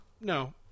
No